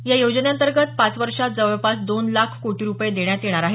या योजनेअंतर्गत पाच वर्षात जवळपास दोन लाख कोटी रुपये देण्यात येणार आहेत